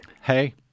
Hey